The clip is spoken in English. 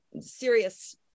serious